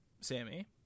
Sammy